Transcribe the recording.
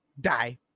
die